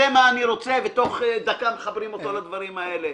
זה מה אני רוצה ותוך דקה מחברים אותו לדברים האלה.